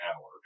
hour